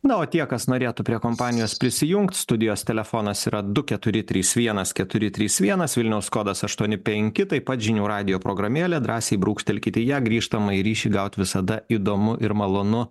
na o tie kas norėtų prie kompanijos prisijungt studijos telefonas yra du keturi trys vienas keturi trys vienas vilniaus kodas aštuoni penki taip pat žinių radijo programėlę drąsiai brūkštelkite ją grįžtamąjį ryšį gauti visada įdomu ir malonu